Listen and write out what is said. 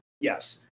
Yes